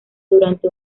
durante